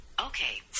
Okay